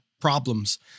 problems